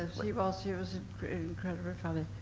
he was, he was incredibly funny.